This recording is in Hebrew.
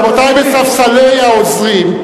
רבותי בספסלי העוזרים,